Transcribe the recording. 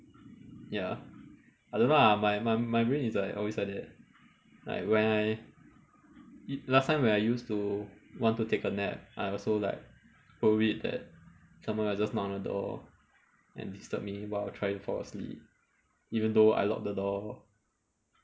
ya I don't know ah my my brain is always like that like when I it~ last time when I used to want to take a nap I also like worried that someone would just knock on the door and disturb me while I try to fall asleep even though I lock the door